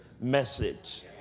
message